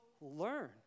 learn